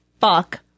fuck